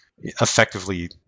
effectively